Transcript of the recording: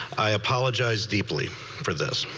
i apologize deeply for this.